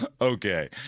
Okay